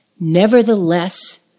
Nevertheless